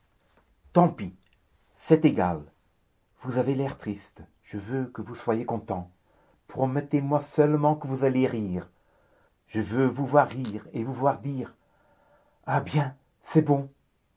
tant pis c'est égal vous avez l'air triste je veux que vous soyez content promettez-moi seulement que vous allez rire je veux vous voir rire et vous voir dire ah bien c'est bon